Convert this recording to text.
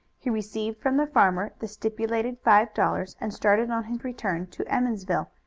he received from the farmer the stipulated five dollars, and started on his return to emmonsville,